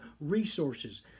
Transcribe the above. resources